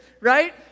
right